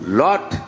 lot